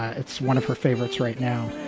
it's one of her favorites right now.